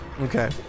Okay